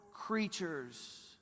creatures